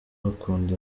bakunda